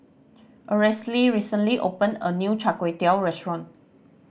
Aracely recently opened a new Char Kway Teow restaurant